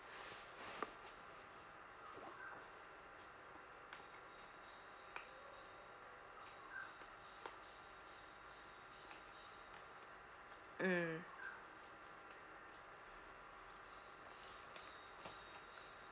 mm